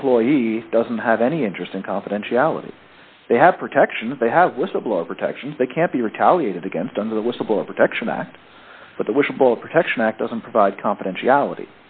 employee doesn't have any interest in confidentiality they have protections they have whistleblower protection they can't be retaliated against under the whistleblower protection act but the wishful protection act doesn't provide confidentiality